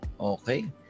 Okay